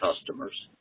customers